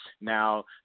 Now